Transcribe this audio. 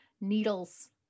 needles